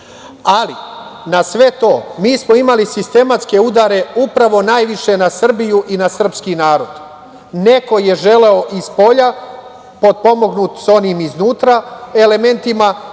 na sve to, mi smo imali sistematske udare upravo najviše na Srbiju i na srpski narod. Neko je želeo iz spolja, potpomognut sa onim iznutra elementima,